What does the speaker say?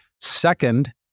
Second